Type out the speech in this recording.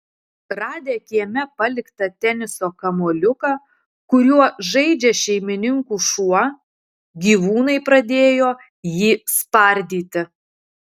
radę kieme paliktą teniso kamuoliuką kuriuo žaidžia šeimininkų šuo gyvūnai pradėjo jį spardyti